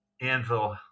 anvil